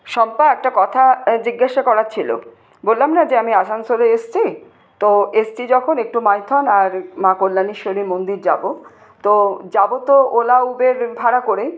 শম্পা একটা কথা জিজ্ঞাসা করার ছিল বললাম না যে আমি আসানসোলে এসছি তো এসছি যখন তখন একটু মাইথন আর মা কল্যাণেশ্বরী মন্দির যাবো তো যাবো তো ওলা উবের ভাড়া করে